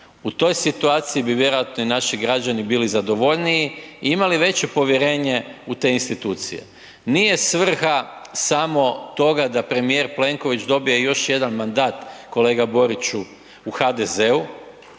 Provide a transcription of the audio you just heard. u toj situaciji bi vjerojatno i naši građani bili zadovoljniji i imali veće povjerenje u te institucije. Nije svrha samo toga da premijer Plenković dobije još jedan mandat kolega Boriću u HDZ-u,